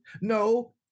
No